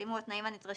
בשינויים המחויבים".